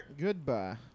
Goodbye